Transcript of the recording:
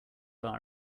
bar